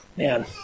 Man